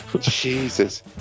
Jesus